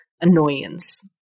annoyance